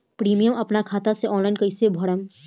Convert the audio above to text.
Premium अपना खाता से ऑनलाइन कईसे भरेम?